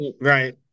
Right